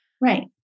Right